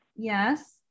yes